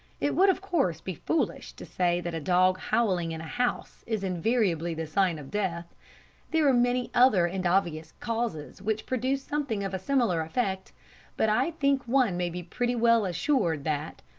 it would, of course, be foolish to say that a dog howling in a house is invariably the sign of death there are many other and obvious causes which produce something of a similar effect but i think one may be pretty well assured that,